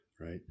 right